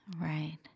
Right